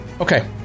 Okay